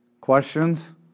Questions